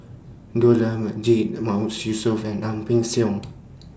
Dollah Majid Mahmood Yusof and Ang Peng Siong